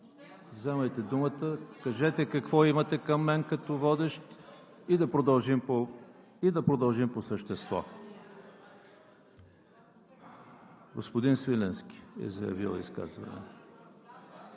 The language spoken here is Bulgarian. вземайте думата, кажете какво имате към мен като водещ и да продължим по същество. Господин Свиленски е заявил изказване.